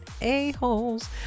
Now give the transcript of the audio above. a-holes